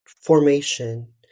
formation